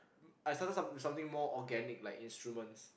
I started some something more organic like instruments